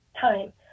time